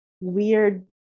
weird